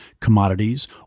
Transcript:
commodities